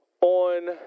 on